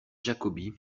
jacobi